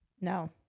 No